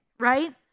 right